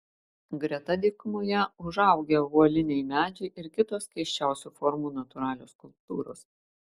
greta dykumoje užaugę uoliniai medžiai ir kitos keisčiausių formų natūralios skulptūros